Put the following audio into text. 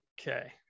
okay